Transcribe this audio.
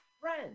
friends